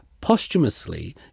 posthumously